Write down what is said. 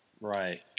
Right